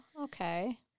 okay